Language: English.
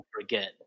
forget